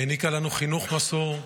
העניקה לנו חינוך מסור,